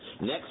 Next